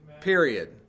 Period